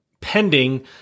pending